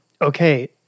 Okay